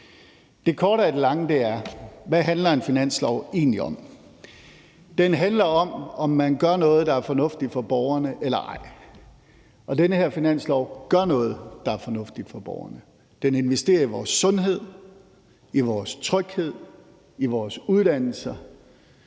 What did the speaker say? Det korte af det lange er: Hvad handler en finanslov egentlig om? Den handler om, om man gør noget, der er fornuftigt for borgerne, eller ej. Og den her finanslov gør noget, der er fornuftigt for borgerne. Den investerer i vores sundhed, i vores tryghed, i vores uddannelser.